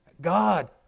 God